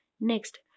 Next